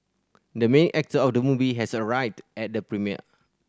the main actor of the movie has arrived at the premiere